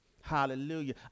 hallelujah